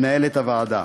מנהלת הוועדה.